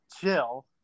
chill